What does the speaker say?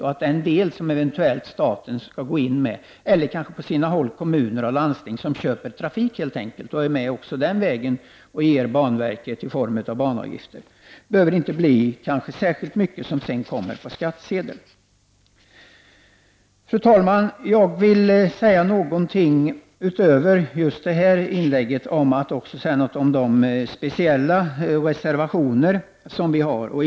Till den del som staten eventuellt får gå in med — eller på sina håll kanske kommuner och landsting helt enkelt köper trafik och den vägen är med och ger banverket intäkter i form av banavgifter — behöver inte särskilt mycket tas via skattsedeln. Fru talman! Utöver vad jag tidigare sagt i mitt inlägg vill jag säga någonting om de speciella reservationer som vi i centerpartiet har.